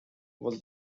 was